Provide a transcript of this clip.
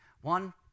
One